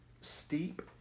steep